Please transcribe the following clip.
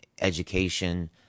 education